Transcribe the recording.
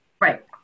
Right